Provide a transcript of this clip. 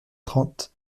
trente